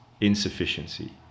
insufficiency